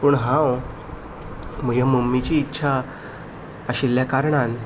पूण हांव म्हज्या मम्मीची इच्छा आशिल्ल्या कारणान